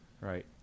Right